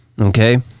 Okay